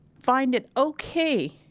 find it ok